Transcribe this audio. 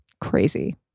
crazy